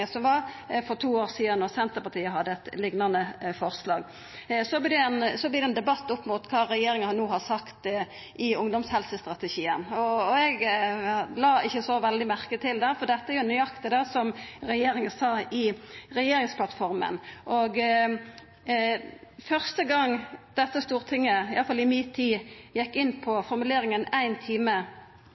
som var for to år sidan då Senterpartiet hadde eit liknande forslag. Så vert det ein debatt opp mot kva regjeringa no har sagt i ungdomshelsestrategien. Eg la ikkje så godt merke til det, for det er nøyaktig det som regjeringa sa i regjeringsplattforma. Første gong dette stortinget, iallfall i mi tid, gjekk inn på formuleringa «ein time»,